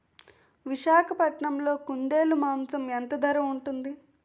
విశాఖపట్నంలో కుందేలు మాంసం ఎంత ధర ఉంటుంది?